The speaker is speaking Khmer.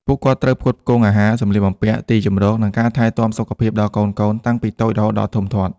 ពួកគាត់ត្រូវផ្គត់ផ្គង់អាហារ សំលៀកបំពាក់ ទីជម្រកនិងការថែទាំសុខភាពដល់កូនៗតាំងពីតូចរហូតដល់ធំធាត់។